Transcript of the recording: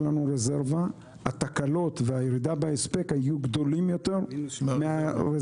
הפעם היתה לנו רזרבה אבל התקלות והירידה בהספק היו גדולים יותר מהרזרבה.